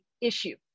issue